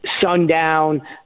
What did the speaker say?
sundown